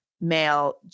male